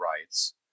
rights